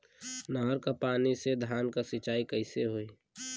नहर क पानी से धान क सिंचाई कईसे होई?